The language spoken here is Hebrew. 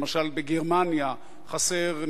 למשל בגרמניה חסר,